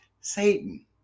Satan